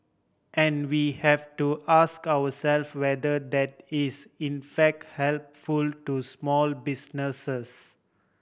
and we have to ask ourself whether that is in fact helpful to small businesses